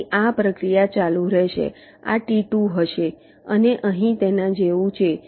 તેથી આ પ્રક્રિયા ચાલુ રહેશે આ T2 હશે અને અહીં તેના જેવુ છે